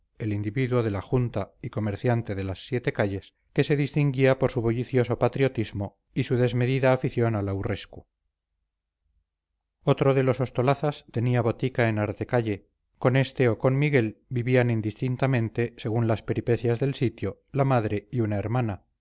el individuo de la junta y comerciante de las siete calles que se distinguía por su bullicioso patriotismo y su desmedida afición al aurrescu otro de los ostolazas tenía botica en artecalle con este o con miguel vivían indistintamente según las peripecias del sitio la madre y una hermana